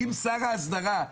אם שר ההסדרה,